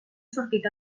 sortit